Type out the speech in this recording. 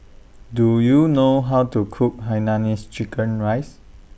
Do YOU know How to Cook Hainanese Chicken Rice